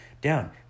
down